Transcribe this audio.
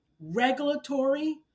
regulatory